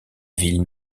ville